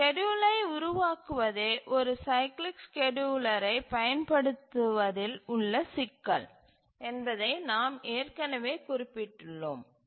ஸ்கேட்யூலரை உருவாக்குவதே ஒரு சைக்கிளிக் ஸ்கேட்யூலரை பயன்படுத்துவதில் உள்ள சிக்கல் என்பதை நாம் ஏற்கனவே குறிப்பிட்டுள்ளோம்